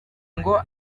ngo